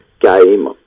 game